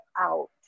out